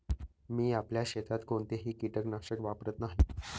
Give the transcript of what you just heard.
मी आपल्या शेतात कोणतेही कीटकनाशक वापरत नाही